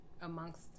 amongst